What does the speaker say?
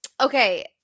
Okay